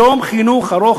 לעשות יום חינוך ארוך,